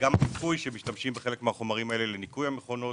בחלק מהחומרים האלה גם משתמשים לניקוי המכונות.